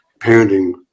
parenting